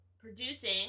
producing